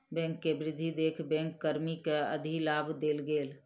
bank के वृद्धि देख बैंक कर्मी के अधिलाभ देल गेल